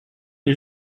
les